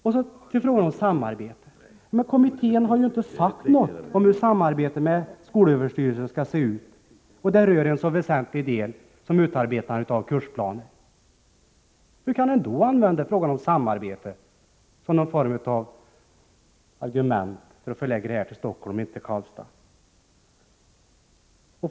När det gäller frågan om samarbete så har ju kommittén inte sagt något om hur samarbetet med skolöverstyrelsen skall se ut. Det rör en så väsentlig del som utarbetandet av kursplaner. Hur kan man då använda frågan om samarbete som någon form av argument för att förlägga myndigheten till Stockholm och inte till Karlstad.